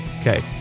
Okay